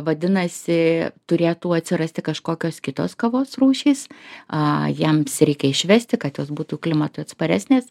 vadinasi turėtų atsirasti kažkokios kitos kavos rūšys a jiems reikia išvesti kad jos būtų klimatui atsparesnės